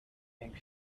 pink